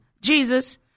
Jesus